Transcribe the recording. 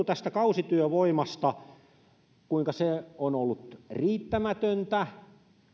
tästä kausityövoimasta kuinka se on ollut riittämätöntä